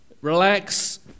relax